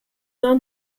noch